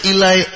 Eli